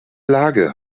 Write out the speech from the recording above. lage